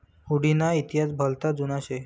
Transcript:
हुडी ना इतिहास भलता जुना शे